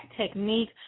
technique